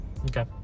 Okay